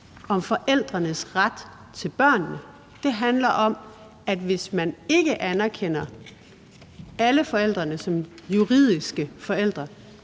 om forældrenes ret til børnene. Det handler om, at hvis man ikke anerkender alle forældrene som juridiske forældre,